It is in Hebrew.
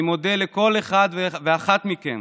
אני מודה לכל אחד ואחת מכם